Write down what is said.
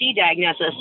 diagnosis